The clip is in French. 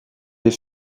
des